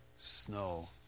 Snow